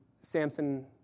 Samson